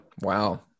wow